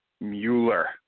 Mueller